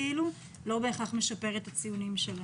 לא בהכרח משפר את הציונים.